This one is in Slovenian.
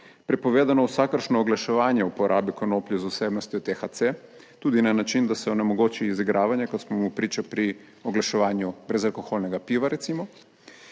prepovedano vsakršno oglaševanje uporabe konoplje z vsebnostjo THC, tudi na način, da se onemogoči izigravanje, kot smo mu priča pri oglaševanju brezalkoholnega piva recimo,